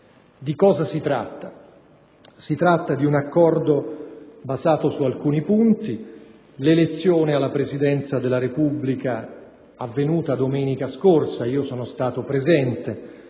un accordo. Si tratta di un accordo basato su alcuni punti: l'elezione alla Presidenza della Repubblica, avvenuta domenica scorsa - ed io sono stato presente